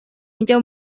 اینجا